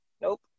Nope